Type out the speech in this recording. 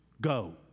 go